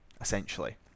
essentially